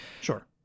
sure